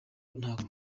nta